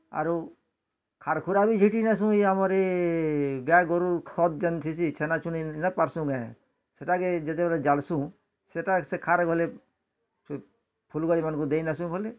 ଆରୁ ଖାର୍ ଖୁରା ବି ସେଇଠି ନେସୁ ଇଏ ଆମର୍ ଗାଏ ଗୋରୁ ଖତ୍ ଯେନ୍ ଥିସି ଛେନା ଛୁନି ନା ପାରସୁଁ ସେଟାକେ ଯେତେବେଲେ ଜାଲସୁଁ ସେଇଟା ସେ ଖାର୍ ଗେଲେ ଫୁଲ ଗାଡ଼ି ମାନଙ୍କୁ ଦେଇ ନାସୁଁ ବୋଲେ